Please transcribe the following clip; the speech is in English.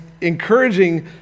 encouraging